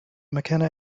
mckenna